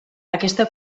aquesta